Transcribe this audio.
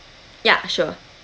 ya sure